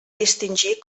distingir